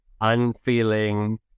unfeeling